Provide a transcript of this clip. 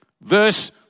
Verse